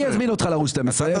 אני אזמין אותך לערוץ 12,